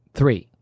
three